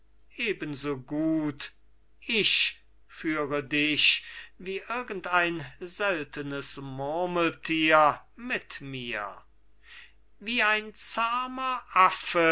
so gut ich führe dich wie irgend ein seltenes murmelthier mit mir wie ein